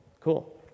Cool